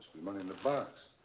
be money in the box.